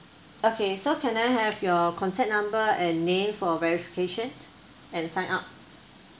okay so can I have your contact number and name for verification and sign up